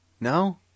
No